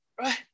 right